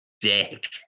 dick